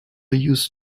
used